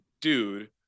dude